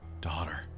daughter